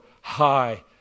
high